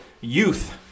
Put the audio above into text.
youth